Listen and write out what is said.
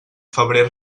febrer